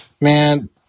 Man